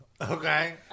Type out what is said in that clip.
Okay